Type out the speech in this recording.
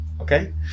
Okay